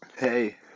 Hey